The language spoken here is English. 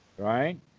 Right